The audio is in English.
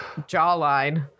jawline